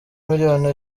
miliyoni